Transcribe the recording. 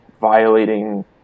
violating